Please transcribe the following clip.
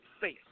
face